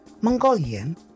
Mongolian